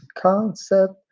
concept